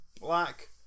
black